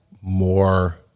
more